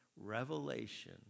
revelation